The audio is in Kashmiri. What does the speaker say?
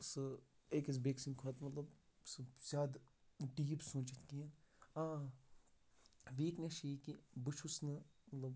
سُہ أکِس بیٚیِکہِ سٕنٛدِ کھۄتہٕ مطلب سُہ زیادٕ ڈیٖپ سوٗنٛچِتھ کِہیٖنۍ آ ویٖکنیس چھِ یہِ کہِ بہٕ چھُس نہٕ مطلب